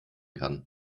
kann